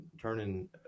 turning